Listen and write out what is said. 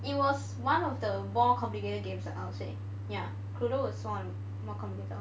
it was one of the more complicated games I would say ya cluedo was more complicated [one]